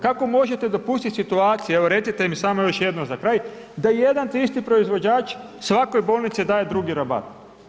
Kako možete dopustiti situaciju, evo, recite mi samo još jedno za kraj, da jedan te isti proizvođač svakoj bolnici daje drugi rabat?